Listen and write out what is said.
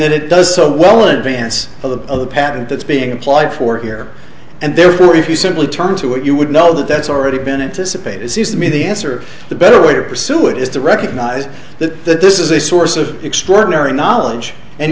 and it does so well in advance of the patent that's being applied for here and therefore if you simply turn to it you would know that that's already been anticipated seems to me the answer the better way to pursue it is to recognize that that this is a source of extraordinary knowledge and